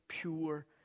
Pure